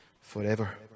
forever